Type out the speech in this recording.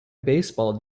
baseball